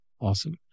awesome